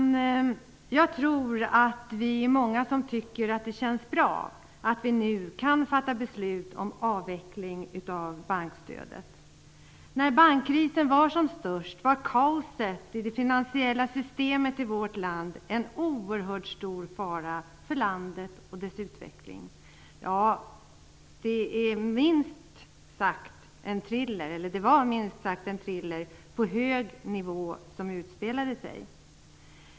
Jag tror att vi är många som tycker att det känns bra att vi nu kan fatta beslut om avveckling av bankstödet. När bankkrisen var som störst var kaoset i det finansiella systemet i vårt land en oerhört stor fara för landet och dess utveckling. Ja, det var minst sagt en thriller på hög nivå, som utspelade sig.